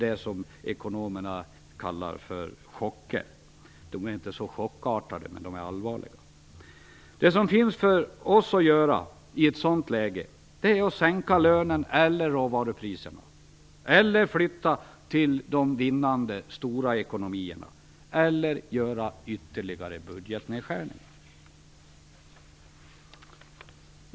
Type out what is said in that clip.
Ekonomerna talar där om "chocken". Men följderna blir inte så chockartade. De blir dock allvarliga. Det som för oss återstår att göra i ett sådant läge är att endera sänka lönerna eller råvarupriserna eller att flytta till de vinnande stora ekonomierna, alternativt göra ytterligare budgetnedskärningar.